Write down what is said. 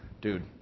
dude